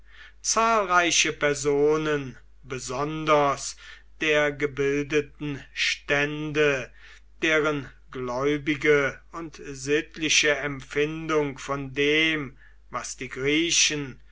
zahlreiche personen besonders der gebildeten stände deren gläubige und sittliche empfindung von dem was die griechen